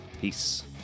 Peace